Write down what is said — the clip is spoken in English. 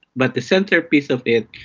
but the centrepiece of it,